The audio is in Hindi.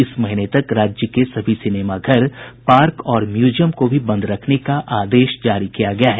इस महीने तक राज्य के सभी सिनेमाघर पार्क और म्यूजियम को भी बंद रखने का आदेश जारी किया गया है